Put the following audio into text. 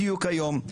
בדיוק היום.